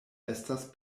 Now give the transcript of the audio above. estas